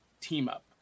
team-up